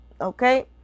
okay